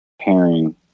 Pairing